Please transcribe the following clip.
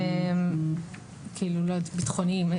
ביטחוניים.